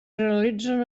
realitzen